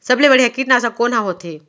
सबले बढ़िया कीटनाशक कोन ह होथे?